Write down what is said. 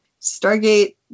Stargate